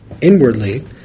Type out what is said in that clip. Inwardly